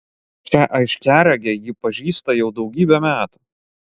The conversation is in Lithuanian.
šią aiškiaregę ji pažįsta jau daugybę metų